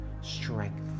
strength